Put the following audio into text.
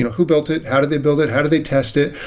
who built it? how did they build it? how do they test it?